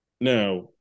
now